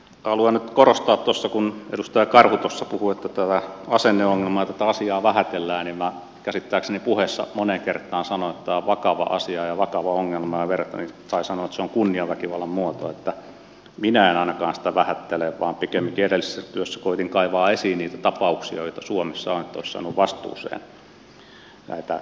haluan nyt korostaa kun edustaja karhu puhui että tätä asenneongelmaa ja tätä asiaa vähätellään että minä käsittääkseni puheessani moneen kertaan sanoin että tämä on vakava asia ja vakava ongelma ja sanoin että se on kunniaväkivallan muoto joten minä en ainakaan sitä vähättele vaan pikemminkin edellisessä työssäni koetin kaivaa esiin niitä tapauksia joita suomessa on niin että olisi saanut vastuuseen näitä